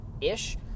ish